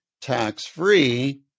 tax-free